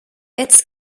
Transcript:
its